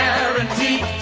Guaranteed